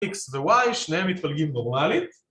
X ו-Y שניהם מתפלגים נורמלית